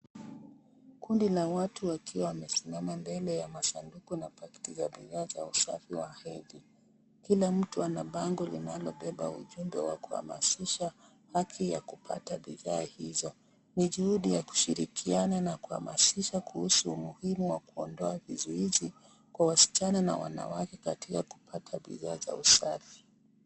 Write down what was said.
Kundi la watu wakiwa wamesimama mbele ya masanduku na pakiti za bidhaa za usafi wa hedhi. Kila mtu ana bango ya kubeba ujumbe ya kuhamasisha haki ya kupata bidhaa hizo. Ni juhudi ya kushirikiana na kuhamasisha kuhusu muhimu wa kuondoa vizuizi Kwa wasichana na wanawake katika kupata bidhaa za usafi.